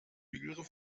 einer